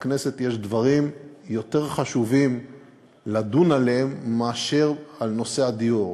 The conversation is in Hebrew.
לכנסת יש דברים יותר חשובים לדון בהם בנושא הדיור.